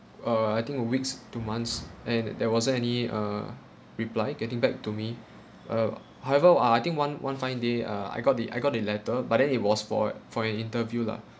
uh I think uh weeks to months and there wasn't any uh reply getting back to me uh however ah ah I think one one fine day ah I got the I got the letter but then it was for an for an interview lah